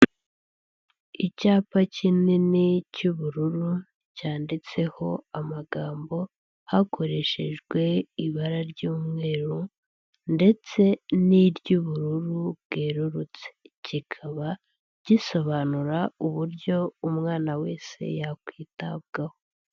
Icyapa kinini cy'ubururu, cyanditseho amagambo, hakoreshejwe ibara ry'umweru, ndetse n'iry'ubururu bwerurutse, kikaba gisobanura uburyo umwana wese yakwitabwaho.